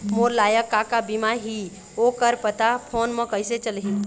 मोर लायक का का बीमा ही ओ कर पता फ़ोन म कइसे चलही?